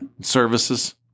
services